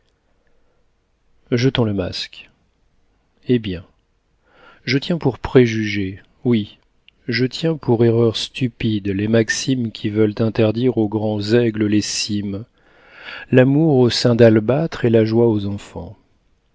jetons le masque eh bien je tiens pour préjugés oui je tiens pour erreurs stupides les maximes qui veulent interdire aux grands aigles les cimes l'amour aux seins d'albâtre et la joie aux enfants